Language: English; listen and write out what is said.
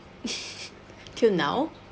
until now